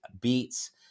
beats